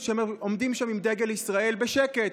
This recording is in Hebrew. שעומדים שם עם דגל ישראל בשקט,